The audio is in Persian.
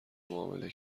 معامله